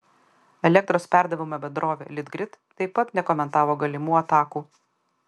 elektros perdavimo bendrovė litgrid taip pat nekomentavo galimų atakų